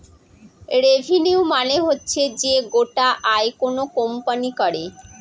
revenue মানে হচ্ছে যে গোটা আয় কোনো কোম্পানি করে